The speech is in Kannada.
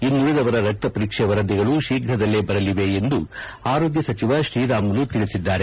ಇನ್ನುಳದವರ ರಕ್ತ ಪರೀಕ್ಷೆ ವರದಿಗಳು ಶೀಪ್ತದಲ್ಲೇ ಬರಅವೆ ಎಂದು ಆರೋಗ್ಯ ಸಚಿವ ಶ್ರೀರಾಮುಲು ತಿಳಸಿದ್ದಾರೆ